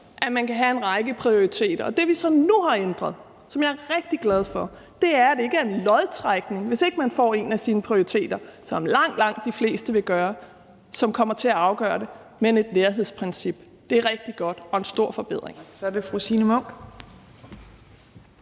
at man kan have en række prioriteter. Det, vi nu har ændret, og som jeg er rigtig glad for, er, at det ikke er lodtrækning. Hvis ikke man får en af sine prioriteter, som langt, langt de fleste vil gøre, så er det nærhedsprincippet, der kommer til at afgøre det. Det er rigtig godt og en stor forbedring.